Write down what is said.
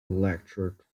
lectured